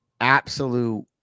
absolute